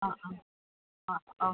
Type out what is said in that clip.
ആ ആ ആ ഓ